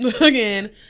again